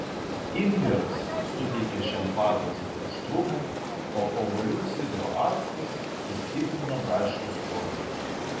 imbieras suteikia šiam padažui aštrumo o obuolių sidro actas sustiprina braškių skonį